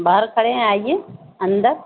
باہر کھڑے ہیں آئیے اندر